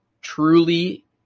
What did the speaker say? truly